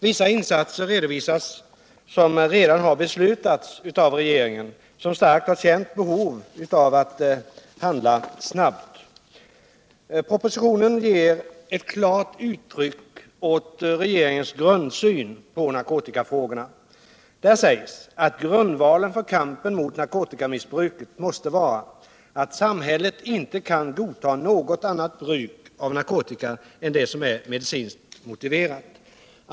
Vissa insatser redovisas som redan har beslutats av regeringen, som starkt har känt behovet av att handla snabbt. Propositionen ger ett klart uttryck åt regeringens grundsyn på narkotikafrågorna. Där sägs att grundvalen för kampen mot narkotikamissbruket måste vara att samhället inte kan godta något annat bruk av narkotika än det som är medicinskt motiverat.